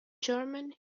german